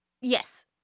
Yes